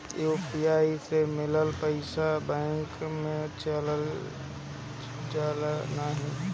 UPI से मिलल पईसा बैंक मे जाला की नाहीं?